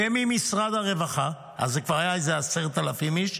וממשרד הרווחה, אז זה כבר היה איזה 10,000 איש,